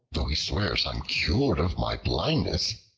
though he swears i am cured of my blindness,